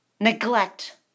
neglect